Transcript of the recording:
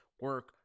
Work